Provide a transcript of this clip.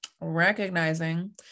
recognizing